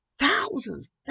Thousands